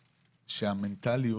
המנטליות.